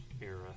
era